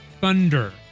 Thunder